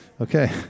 Okay